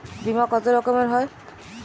বিমা কত রকমের হয়?